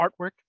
artwork